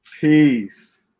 Peace